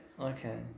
Okay